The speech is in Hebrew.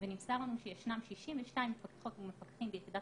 ונמסר לנו שישנם 62 מפקחות ומפקחים ביחידת